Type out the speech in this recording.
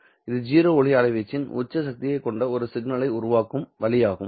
இது 0 ஒளி அலையின் உச்ச சக்தியைக் கொண்ட ஒரு சிக்னலை உருவாக்கும் வழி ஆகும்